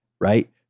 right